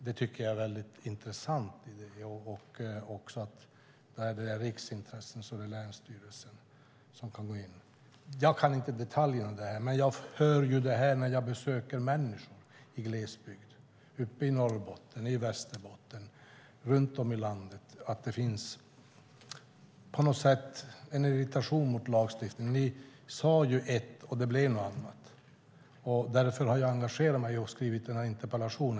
Jag tycker att det är mycket intressant att det skulle vara länsstyrelsen som beslutade om riksintressen. Jag kan inte detaljerna i detta, men jag hör ju detta när jag besöker människor i glesbygd i Norrbotten, Västerbotten och runt om i landet. Det finns en irritation mot lagstiftningen. Ni sade ett, och det blev något annat. Därför har jag engagerat mig och skrivit den här interpellationen.